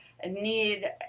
Need